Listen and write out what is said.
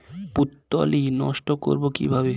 পুত্তলি নষ্ট করব কিভাবে?